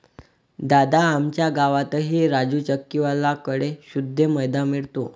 दादा, आमच्या गावातही राजू चक्की वाल्या कड़े शुद्ध मैदा मिळतो